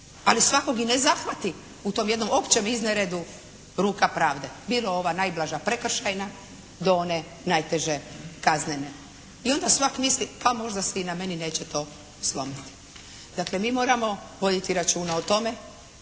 ali svakog i ne zahvati u tom jednom općem izneredu ruka pravde bilo ova najblaža prekršajna do one najteže kaznene i onda svak misli pa možda se i na meni neće to slomiti. Dakle, mi moramo voditi računa o tome